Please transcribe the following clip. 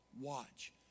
Watch